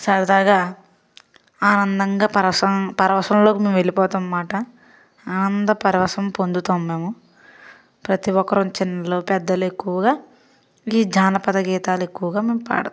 సరదాగా ఆనందంగా పరవశం పరవశంలోకి మేం వెళ్ళిపోతాం మాట ఆనంద పరవశం పొందుతాం మేము ప్రతి ఒక్కరం చిన్నలు పెద్దలు ఎక్కువగా ఈ జానపద గీతాలు ఎక్కువగా మేము పాడతాం